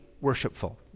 worshipful